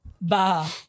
Bah